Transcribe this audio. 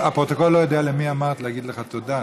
הפרוטוקול לא יודע למי אמרת "להגיד לך תודה".